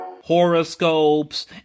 Horoscopes